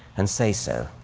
and say so